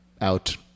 out